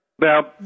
Now